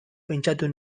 pentsatu